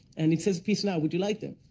and it says, peace now. would you like them?